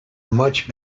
much